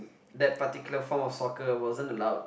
that particular form of soccer wasn't allowed